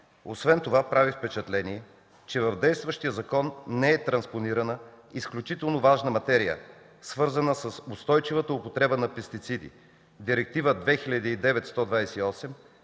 Освен това прави впечатление, че в действащия закон не е транспонирана изключително важна материя, свързана с устойчивата употреба на пестициди – Директива 2009/128